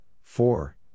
four